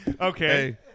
Okay